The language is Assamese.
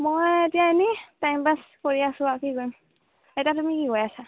মই এতিয়া এনেই টাইম পাছ কৰি আছো আৰু কি কৰিম এতিয়া তুমি কি কৰি আছা